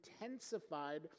intensified